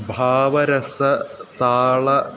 भावरसतालाः